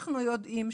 אנחנו יודעים,